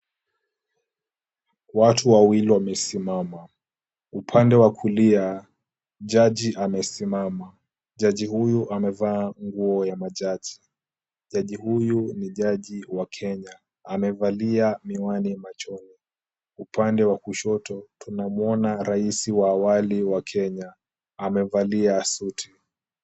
Watu wawili wamesimama. Upande wa kulia jaji amesimama. Jaji huyu amevaa nguo ya majaji. Jaji huyu ni jaji wa Kenya. Amevalia miwani machoni. Upande wa kushoto tunamwona rais wa awali wa Kenya. Amevalia suti.